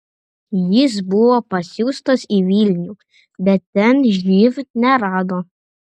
jis buvo pasiųstas į vilnių bet ten živ nerado